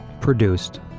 produced